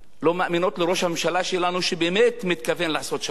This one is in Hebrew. לא מאמינות לראש הממשלה שלנו שהוא באמת מתכוון לעשות שלום.